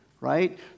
right